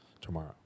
tomorrow